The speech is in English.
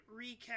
recap